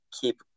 keep